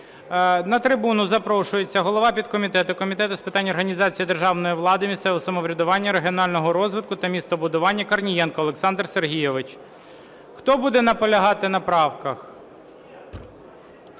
На трибуну запрошується голова підкомітету Комітету з питань організації державної влади, місцевого самоврядування, регіонального розвитку та містобудування Корнієнко Олександр Сергійович. Хто буде наполягати на правках?